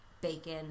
bacon